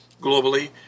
Globally